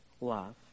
love